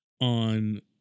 on